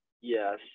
Yes